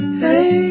hey